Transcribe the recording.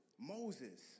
Moses